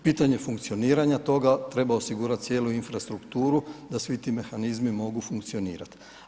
Pitanje funkcioniranja toga treba osigurati cijelu infrastrukturu da svi ti mehanizmi mogu funkcionirati.